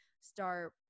start